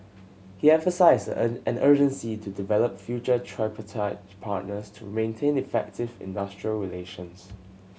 he emphasised an an urgency to develop future tripartite partners to maintain effective industrial relations